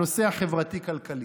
הנושא החברתי-כלכלי.